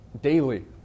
daily